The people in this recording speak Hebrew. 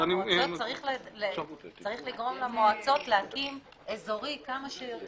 צריך לגרום למועצות להקים אזורי כמה שיותר